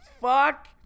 fuck